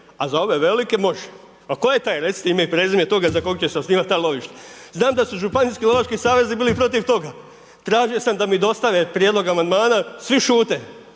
A za ove velike, može. A tko je taj, recite ime i prezime toga za kog će se osnivati ta lovišta? Znam da su županijski lovački savez bili protiv toga! Tražio sam da mi dostave prijedlog amandmana - svi šute.